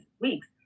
weeks